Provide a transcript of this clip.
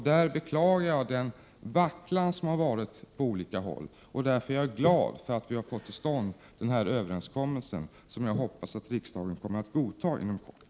Jag beklagar den vacklan som förekommit på olika håll. Därför är jag glad över att vi har fått till stånd den överenskommelse som jag hoppas att riksdagen inom kort kommer att godta.